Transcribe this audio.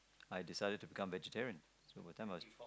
I decided to become vegetarian